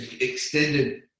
extended